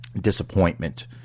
disappointment